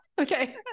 Okay